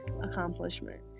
accomplishment